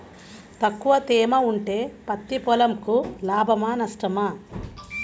తక్కువ తేమ ఉంటే పత్తి పొలంకు లాభమా? నష్టమా?